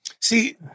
see